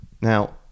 now